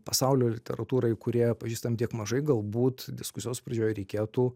pasaulio literatūrai kūrėją pažįstam tiek mažai galbūt diskusijos pradžioj reikėtų